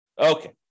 Okay